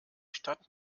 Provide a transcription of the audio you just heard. stadt